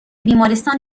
بیمارستان